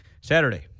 Saturday